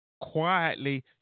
Quietly